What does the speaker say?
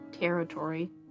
territory